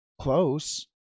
close